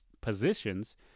positions